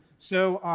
so